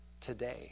today